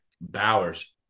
Bowers